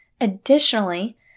Additionally